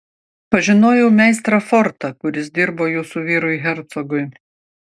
pažinojau meistrą fortą kuris dirbo jūsų vyrui hercogui